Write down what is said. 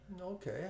okay